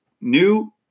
new